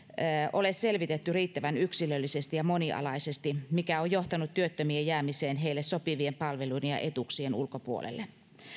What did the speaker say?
ole selvitetty riittävän yksilöllisesti ja monialaisesti mikä on johtanut työttömien jäämiseen heille sopivien palveluiden ja etuuksien ulkopuolelle